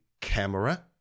camera